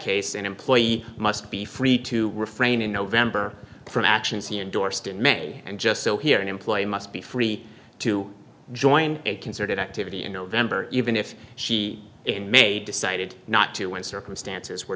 case an employee must be free to refrain in november from actions he endorsed in may and just so here an employee must be free to join a concerted activity in november even if she in may decided not to when circumstances were